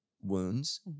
wounds